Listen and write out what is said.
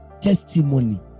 testimony